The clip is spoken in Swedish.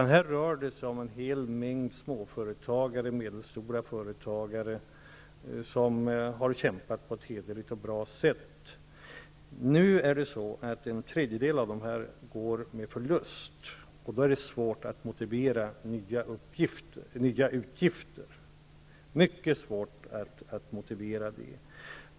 Här rör det sig om en hel mängd småföretagare och medelstora företagare som har kämpat på ett hederligt och bra sätt. Nu är det så att en tredjedel av företagen går med förlust, och då är det mycket svårt att motivera nya utgifter.